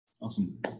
Awesome